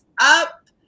up